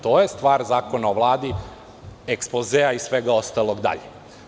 To je stvar Zakona o Vladi, ekspozea i svega ostalog dalje.